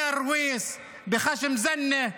בארוויס, בח'שם זנה,